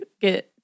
get